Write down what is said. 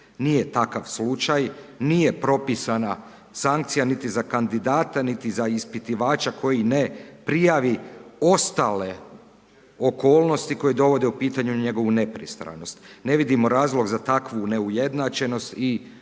nije takav slučaj, nije propisana sankcija niti za kandidate niti za ispitivača koji ne prijavi ostale okolnosti koje dovode u pitanje njegovu nepristranost. Ne vidimo razlog za takvu neujednačenost i držimo